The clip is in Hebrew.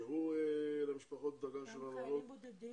יאפשרו למשפחות בדרגה ראשונה לבוא.